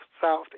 south